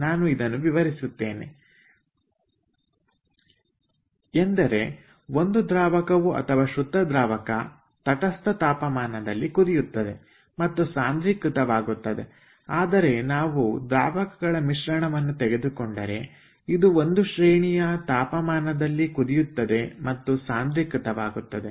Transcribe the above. ನಾನು ಇದನ್ನು ವಿವರಿಸುತ್ತೇನೆ ಎಂದರೆ ಒಂದು ದ್ರಾವಣವು ಅಥವಾ ಶುದ್ಧ ದ್ರಾವಣ ತಟಸ್ಥ ತಾಪಮಾನದಲ್ಲಿ ಕುದಿಯುತ್ತದೆ ಮತ್ತು ಸಾಂದ್ರೀಕೃತವಾಗುತ್ತದೆ ಆದರೆ ನಾವು ದ್ರಾವಣಗಳ ಮಿಶ್ರಣವನ್ನು ತೆಗೆದುಕೊಂಡರೆ ಇದು ಒಂದು ಶ್ರೇಣಿಯ ತಾಪಮಾನದಲ್ಲಿ ಕುದಿಯುತ್ತದೆ ಮತ್ತು ಸಾಂದ್ರೀಕೃತ ವಾಗುತ್ತದೆ